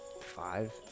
five